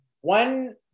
one